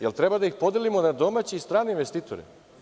Jel treba da ih podelimo na domaće i strane investitore?